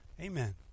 amen